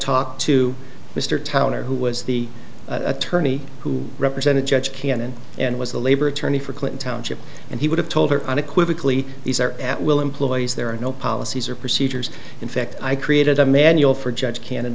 talked to mr tanner who was the attorney who represented judge cannon and was a labor attorney for clinton township and he would have told her unequivocally these are at will employees there are no policies or procedures in fact i created a manual for judge can